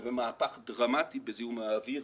מהפך דרמטי בזיהום האוויר